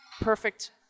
perfect